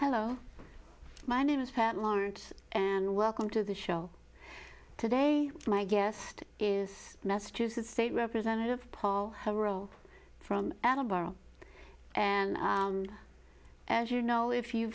hello my name is pat lawrence and welcome to the show today my guest is massachusetts state representative paul coverdell from alabama and as you know if you